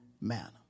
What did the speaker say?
manner